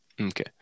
Okay